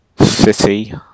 City